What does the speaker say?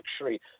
luxury